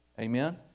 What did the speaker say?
Amen